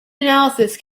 analysis